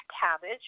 cabbage